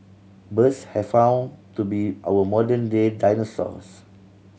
birds have found to be our modern day dinosaurs